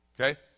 Okay